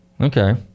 Okay